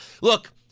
look